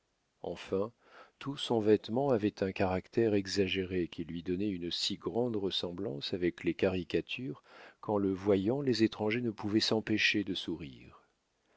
enfin tout son vêtement avait un caractère exagéré qui lui donnait une si grande ressemblance avec les caricatures qu'en le voyant les étrangers ne pouvaient s'empêcher de sourire